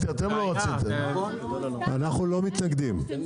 אנחנו לא מתנגדים,